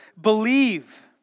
Believe